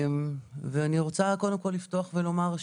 ואני רוצה קודם כל לפתוח ולומר,